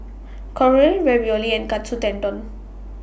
Korokke Ravioli and Katsu Tendon